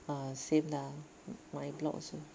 ah same lah my block also